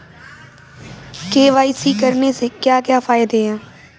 KYC करने के क्या क्या फायदे हैं?